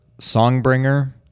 Songbringer